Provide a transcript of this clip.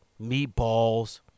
meatballs